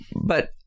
But-